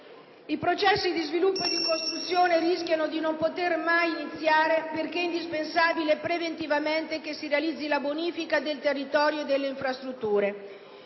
I processi di sviluppo e di costruzione rischiano di non poter mai iniziare perché è indispensabile che si realizzi preventivamente la bonifica del territorio e delle infrastrutture.